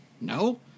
No